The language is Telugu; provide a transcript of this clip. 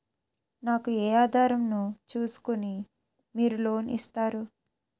నాకు ఏ ఆధారం ను చూస్కుని మీరు లోన్ ఇస్తారు?